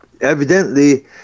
evidently